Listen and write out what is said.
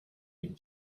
able